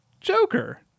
Joker